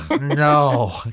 No